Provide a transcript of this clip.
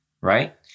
right